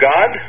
God